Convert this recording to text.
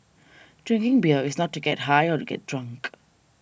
drinking beer is not to get high or get drunk